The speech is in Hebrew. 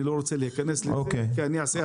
אני לא רוצה להיכנס לזה כי אני אגרום